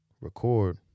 record